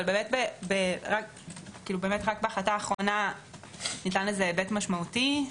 אבל רק בהחלטה האחרונה ניתן לזה היבט משמעותי.